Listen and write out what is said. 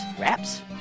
wraps